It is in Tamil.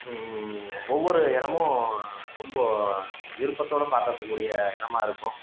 ஒவ்வொரு இடமும் ரொம்ப விருப்பத்தோட பார்க்கறத்துக்கூடிய இடமா இருக்கும்